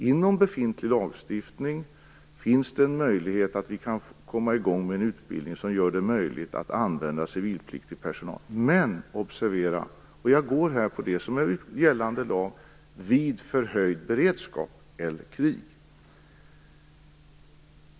Inom befintlig lagstiftning finns det en möjlighet att starta utbildning som gör det tänkbart att använda civilpliktig personal. Men observera: Jag går efter det som är gällande lag vid höjd beredskap eller krig.